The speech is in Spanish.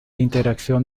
interacción